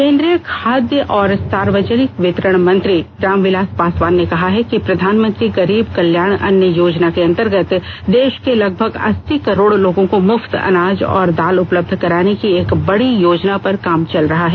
केंद्रीय खाद्य और सार्वजनिक वितरण मंत्री रामविलास पासवान ने कहा है कि प्रधानमंत्री गरीब कल्याण अन्न योजना के अंतर्गत देश के लगभग अस्सी करोड लोगों को मुफ्त अनाज और दाल उपलब्ध कराने की एक बड़ी योजना पर काम चल रहा है